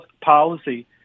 policy